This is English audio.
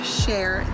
share